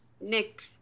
Nick